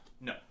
no